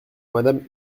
madame